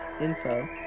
info